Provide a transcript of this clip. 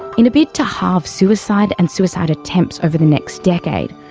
in a bid to halve suicide and suicide attempts over the next decade,